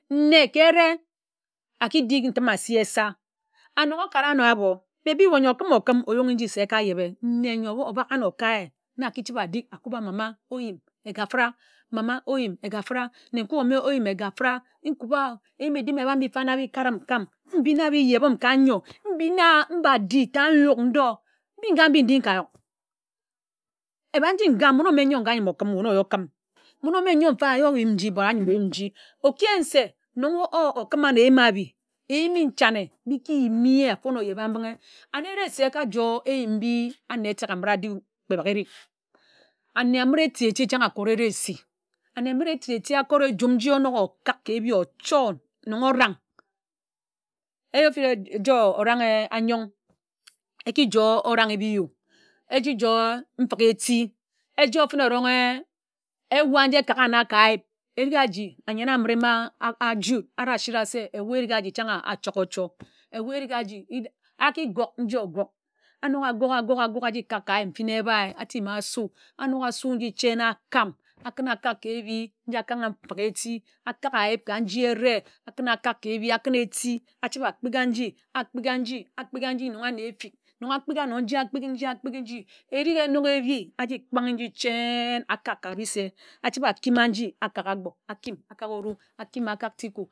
Nne ka ēreh aki dik n̄tim asi esa and nnon akara áno ábo maybe ye n̄yor okim-okim orun̄ gi nji se oka yebe nne ńyor abak ānor okae na aki chibe adik akuba mama oyim ekafra mama oyim ekafra nne-nkui óme óyim ekafra nkuba a eyim edim eba mbi fana bi ka rim kam mbi na mbi eye bim ka ńyor. mbi na mba di ta nyuk ndō mbi nga ayim okim mmon ōweh okim mmon ȯme n̄yor mfa ayōnghe nji ba ayim-oyim nji oki yen se nnon akim ānor eyim ābi eyimi nchane eki yim ye afōn ogyebambinghe. And eri se eka jo eyim mbi ane etek amira adui kpe bagha edi. ane amire eti-eti chan okora eresi ane amire eti-eti okore ejum nji onōk okak ka ebi ochōr nnon orang ere fid ejō fene erong e ewạ nji aka gha na ka ayip erik aji ayen amire ma aji wud na ashira se weh erik aji chan̄ achok-ochor. weh erik aji aki gôg njine ogôg anok ogȯg agȯg agȯg aji kāk ka ayip mfin ebae atima asu anok asu nji chéna akam akun akak ka ébi nji okán a mfik eti akāk ayip ka njere akún akák ke ebi akun eti achibe akpighi nji akpighi nji akpighi nji nnon ánor êfik nnon akpigha āno nji akpighi erik enong ebi aji kpanghe nji cheń. akak ka bi'se achibbe akima nji akagha Agbor. akim akák oru akim akak takim.